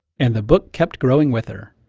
and the book kept growing with her.